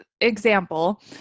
example